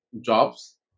Jobs